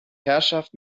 herrschaft